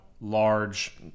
large